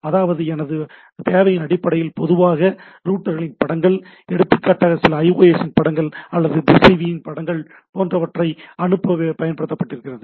அதாவது எனது தேவையின் அடிப்படையில் பொதுவாக ரூட்டர்களின் படங்கள் எடுத்துக்காட்டாக சில iOS படங்கள் அல்லது திசைவி படங்கள் போன்றவற்றை அனுப்பப் பயன்படுத்தப்படுகிறது